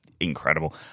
incredible